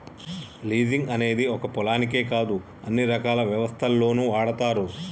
leasing అనేది ఒక్క పొలాలకే కాదు అన్ని రకాల వ్యవస్థల్లోనూ వాడతారు